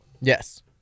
Yes